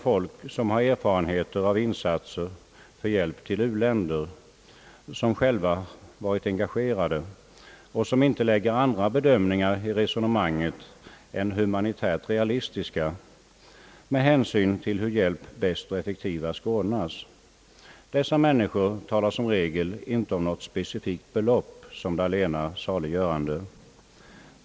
Folk som har erfarenhet av insatser för hjälp till u-länder, människor som själva varit engagerade och som inte lägger andra bedömningar i resonemanget än humanitärt realistiska med hänsyn till hur hjälp bäst och effektivast skall ordnas, talar som regel inte om något specifikt belopp som det allena saliggörande.